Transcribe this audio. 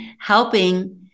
helping